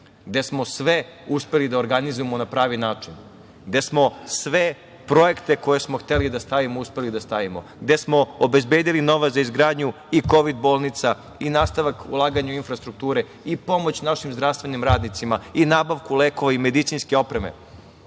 gde smo sve uspeli da organizujemo na pravi način, gde smo sve projekte koje smo hteli da stavimo uspeli da stavimo, gde smo obezbedili novac za izgradnju i Kovid bolnica i nastavak ulaganja u infrastrukturu i pomoć našim zdravstvenim radnicima i nabavku lekova i medicinske opreme. Dakle,